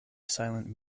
silent